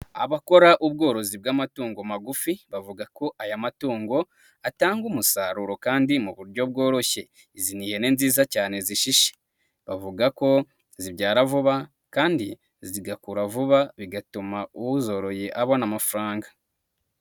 Abakora ubworozi bw'amatungo magufi bavuga ko aya matungo atanga umusaruro kandi mu buryo bworoshye. Izi'yene nziza cyane zishishye bavuga ko zibyara vuba kandi zigakura vuba bigatuma uzoroye abona amafaranga.